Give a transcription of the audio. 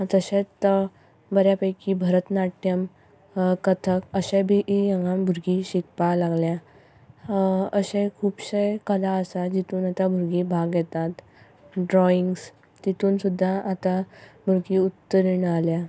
तशेंच बऱ्या पैकी भरतनाट्यम कथक अशें बी हांगा भुरगीं शिकपा लागल्यां अशे खुबशे कला जितून आतां भुरगीं भाग घेतात ड्रॉइंग्स तितूंत सुद्दां आतां भरगीं उत्तीर्ण जाल्यां